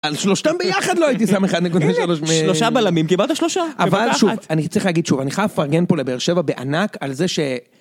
על שלושתם ביחד לא הייתי שם אחד נקודה שלוש, שלושה בלמים קיבלת שלושה, אבל שוב אני צריך להגיד שוב אני חייב לפרגן פה לבאר שבע בענק על זה ש...